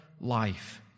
life